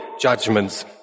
judgments